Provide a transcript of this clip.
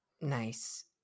nice